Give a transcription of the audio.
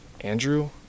Andrew